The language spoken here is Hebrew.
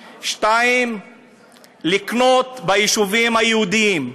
2. לקנות ביישובים היהודיים,